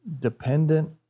dependent